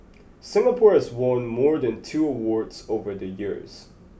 Singapore has won more than two awards over the years